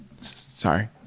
Sorry